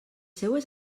seues